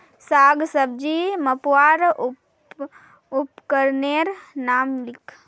साग सब्जी मपवार उपकरनेर नाम लिख?